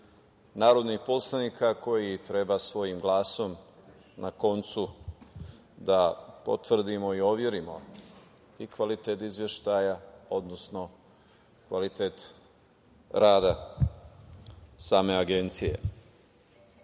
narodnih poslanika koji treba svojim glasom na koncu da potvrdimo i overimo i kvalitet izveštaja, odnosno kvalitet rada same agencije. Svakako